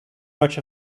much